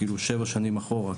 שבע שנים אחורה?